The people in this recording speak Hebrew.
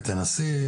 תנסי